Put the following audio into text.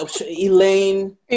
Elaine